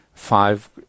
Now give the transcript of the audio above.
five